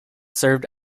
served